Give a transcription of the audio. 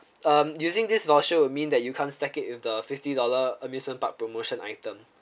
um using this voucher will mean that you can't stack it with the fifty dollar amusement park promotion item